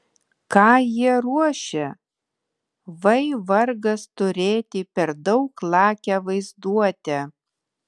ką jie ruošia vai vargas turėti per daug lakią vaizduotę